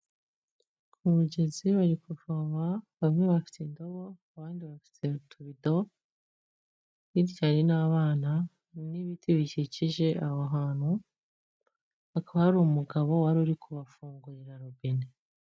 Umugenzi bari kuvoma bamwe bafite indado abandi bafite utubido, bityo hari n'abana n'ibiti bikikije aho hantu, hakaba hari umugabo wari uri kubafungurira rubine.